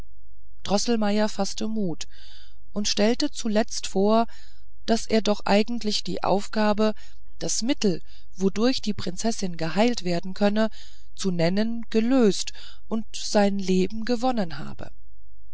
droßelmeier faßte mut und stellte zuletzt vor daß er doch eigentlich die aufgabe das mittel wodurch die prinzessin geheilt werden könne zu nennen gelöst und sein leben gewonnen habe